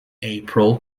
april